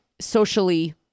socially